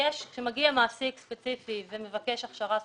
כשמגיע מעסיק ספציפי ומבקש הכשרה ספציפית,